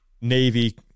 navy